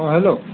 অঁ হেল্ল'